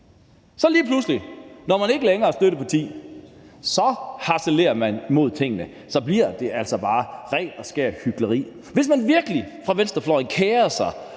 så lige pludselig ikke længere er støtteparti, harcelerer man over tingene, og så bliver det altså bare rent og skært hykleri. Hvis man virkelig på venstrefløjen kerede sig